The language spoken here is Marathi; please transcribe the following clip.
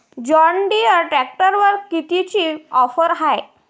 जॉनडीयर ट्रॅक्टरवर कितीची ऑफर हाये?